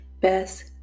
best